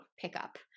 pickup